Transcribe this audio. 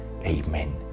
Amen